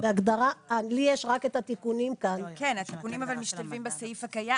התיקונים משתלבים בסעיף הקיים.